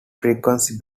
frequency